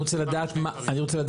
מה זה?